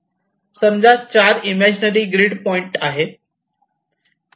समजा 4 imaginary grid point आहे